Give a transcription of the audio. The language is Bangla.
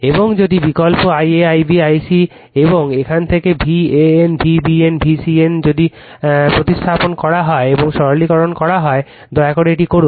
এবং যদি বিকল্প Ia Ib i c এবং এখান থেকে VAN VBN এবং VCN যদি প্রতিস্থাপন করা হয় এবং সরলীকরণ করা হয় দয়া করে এটি করুন